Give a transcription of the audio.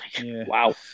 Wow